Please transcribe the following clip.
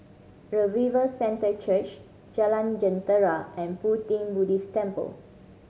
Revival Centre Church Jalan Jentera and Pu Ti Buddhist Temple